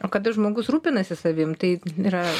o kada žmogus rūpinasi savim tai yra